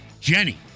Jenny